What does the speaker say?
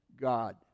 God